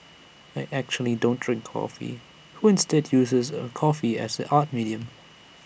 I actually don't drink coffee who instead uses A coffee as an art medium